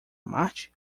marte